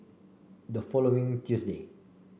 the following Tuesday